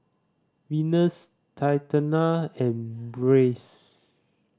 Venice Tatianna and Brice